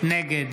נגד